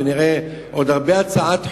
ונראה עוד הרבה הצעות חוק,